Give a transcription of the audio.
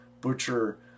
butcher